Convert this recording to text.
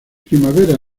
primavera